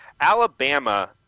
Alabama